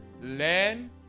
learn